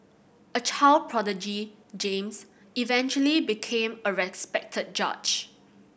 a child prodigy James eventually became a respected judge